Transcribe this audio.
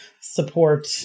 support